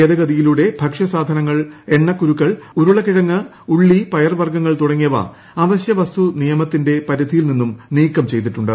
ഭേദഗതിയിലൂടെ ഭക്ഷ്യധാനൃങ്ങൾ എണ്ണക്കുരുക്കൾ ഉരുളക്കിഴങ്ങ് ഉള്ളി പയർ വർഗ്ഗങ്ങൾ തുടങ്ങിയവ അവശ്യ വസ്തു നിയമത്തിന്റെ പരിധിയിൽ നിന്ന് നീക്കം ചെയ്തിട്ടുണ്ട്